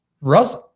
Russ